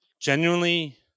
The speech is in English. genuinely